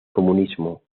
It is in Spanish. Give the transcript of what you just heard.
comunismo